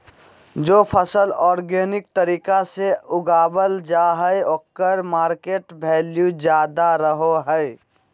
जे फसल ऑर्गेनिक तरीका से उगावल जा हइ ओकर मार्केट वैल्यूआ ज्यादा रहो हइ